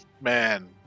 Man